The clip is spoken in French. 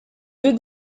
deux